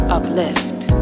uplift